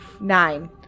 Nine